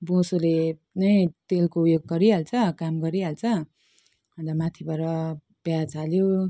बोसोले नै तेलको यो गरिहाल्छ काम गरिहाल्छ अन्त माथिबाट प्याज हाल्यो